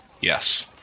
Yes